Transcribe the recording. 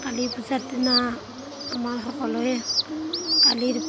কালী পূজাৰ দিনা আমাৰ সকলোৱে কালীৰ